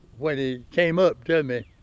when he came up to me,